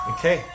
Okay